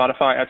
Spotify